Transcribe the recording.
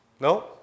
No